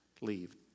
leave